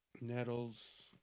Nettles